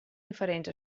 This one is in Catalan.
diferents